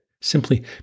simply